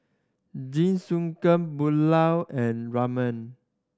Jingisukan Pulao and Ramen